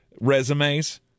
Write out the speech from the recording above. resumes –